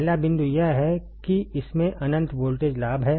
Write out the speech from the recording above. पहला बिंदु यह है कि इसमें अनंत वोल्टेज लाभ है